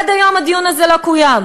עד היום הדיון הזה לא קוים?